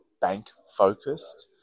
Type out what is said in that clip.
bank-focused